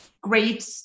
great